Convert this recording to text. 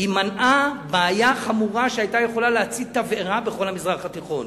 היא מנעה בעיה חמורה שהיתה יכולה להצית תבערה בכל המזרח התיכון.